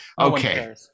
Okay